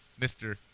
Mr